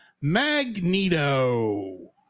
Magneto